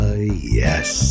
yes